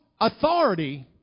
authority